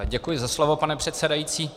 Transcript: Děkuji za slovo, pane předsedající.